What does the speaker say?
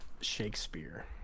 shakespeare